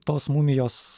tos mumijos